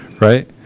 Right